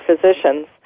physicians